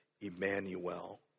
Emmanuel